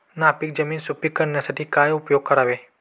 नापीक जमीन सुपीक करण्यासाठी काय उपयोग करावे?